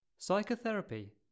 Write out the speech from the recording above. Psychotherapy